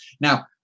Now